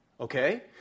okay